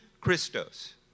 Christos